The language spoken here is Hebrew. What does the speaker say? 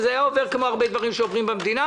זה היה עובר כמו הרבה דברים שעוברים במדינה,